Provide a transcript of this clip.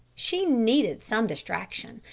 she needed some distraction,